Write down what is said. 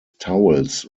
towels